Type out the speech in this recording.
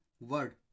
word